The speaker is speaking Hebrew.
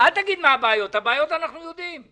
אל תגיד מה הבעיות, את הבעיות אנחנו יודעים.